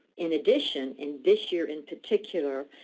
in addition, and this year in particular,